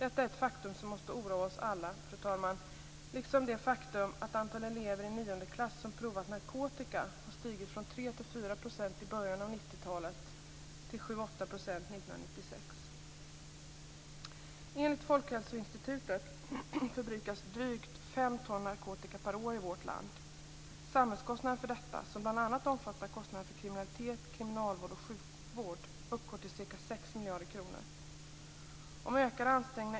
Detta är ett faktum som måste oroa oss alla, fru talman, liksom det faktum att antalet elever i nionde klass som provat narkotika har stigit från 3-4 % i början av Enligt Folkhälsoinstitutet förbrukas drygt fem ton narkotika per år i vårt land. Samhällskostnaden för detta, som bl.a. omfattar kostnader för kriminalitet, kriminalvård och sjukvård, uppgår till ca 6 miljarder kronor.